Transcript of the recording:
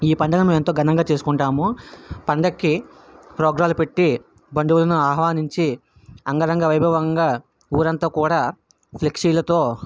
ఈ పండుగ మేము ఎంతో ఘనంగా చేసుకుంటాము పండుగకి ప్రోగ్రాం పెట్టి బంధువులను ఆహ్వానించి అంగరంగ వైభవంగా ఊరంతా కూడా ఫ్లెక్సీలతో